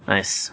Nice